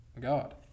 God